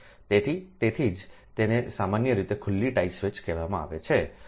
તેથી તેથી જ તેને સામાન્ય રીતે ખુલ્લા ટાઇ સ્વીચો કહેવામાં આવે છે